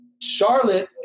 Charlotte